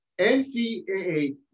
NCAA